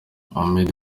mohammed